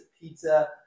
pizza